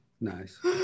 nice